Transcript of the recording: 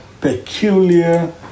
peculiar